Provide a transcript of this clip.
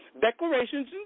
Declarations